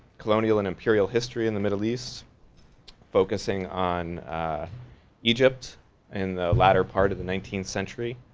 colonial and imperial history in the middle east focusing on egypt in the latter part of the nineteenth century.